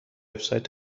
سایت